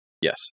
Yes